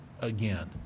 again